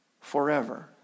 forever